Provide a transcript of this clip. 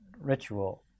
ritual